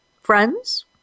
friends